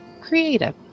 creative